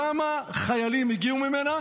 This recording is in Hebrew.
כמה חיילים הגיעו ממנה?